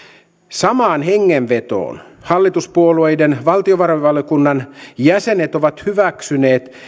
samaan hengenvetoon hallituspuolueiden valtiovarainvaliokunnan jäsenet ovat hyväksyneet